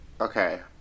Okay